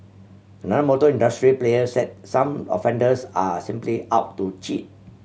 another motor industry player said some offenders are simply out to cheat